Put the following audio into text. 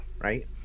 right